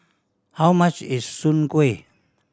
how much is Soon Kueh